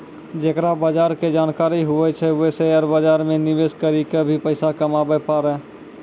जेकरा बजार के जानकारी हुवै छै वें शेयर बाजार मे निवेश करी क भी पैसा कमाबै पारै